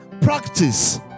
practice